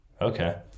Okay